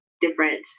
different